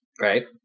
Right